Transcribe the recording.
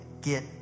get